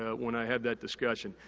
ah when i have that discussion.